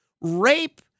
Rape